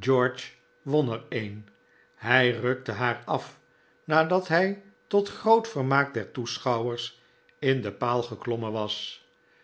george won er een hij rukte haar af nadat hij tot groot vermaak der toeschouwers in den paal geklommen was